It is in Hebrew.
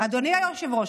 אדוני היושב-ראש,